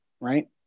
right